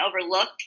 overlooked